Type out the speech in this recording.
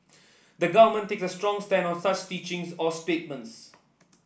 the Government takes a strong stand on such teachings or statements